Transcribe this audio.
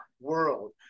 world